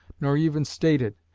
nor even stated,